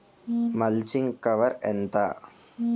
Mulching cover ఎంత?